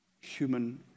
human